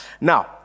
Now